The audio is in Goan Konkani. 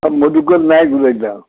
मदुकर नायक उलयता